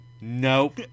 nope